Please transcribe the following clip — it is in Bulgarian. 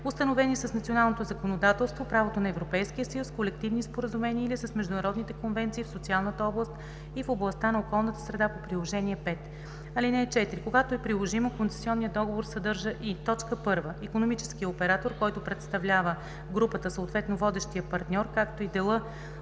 установени с националното законодателство, правото на Европейския съюз, колективни споразумения или с международните конвенции в социалната област и в областта на околната среда по приложение № 5. (4) Когато е приложимо, концесионният договор съдържа и: 1. икономическия оператор, който представлява групата, съответно водещия партньор, както и дела